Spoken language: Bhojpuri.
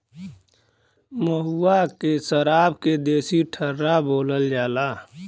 महुआ के सराब के देसी ठर्रा बोलल जाला